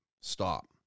stop